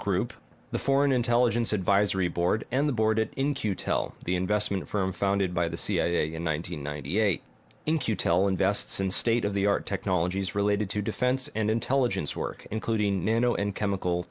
group the foreign intelligence advisory board and the board it in q tel the investment firm founded by the cia in one nine hundred ninety eight in q tel invests in state of the art technologies related to defense and intelligence work including nano and chemical